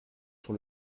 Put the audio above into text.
sur